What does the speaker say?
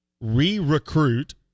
re-recruit